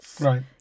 Right